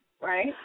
right